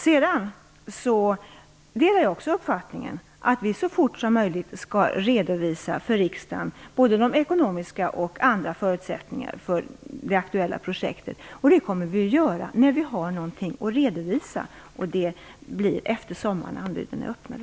Jag delar också uppfattningen att vi så fort som möjligt för riksdagen skall redovisa både ekonomiska och andra förutsättningar för det aktuella projektet. Det kommer vi att göra när vi har någonting att redovisa, vilket kommer att ske efter sommaren när anbuden är öppnade.